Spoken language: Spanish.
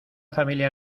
familia